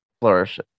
flourish